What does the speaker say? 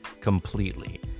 completely